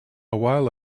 while